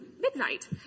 midnight